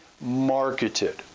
marketed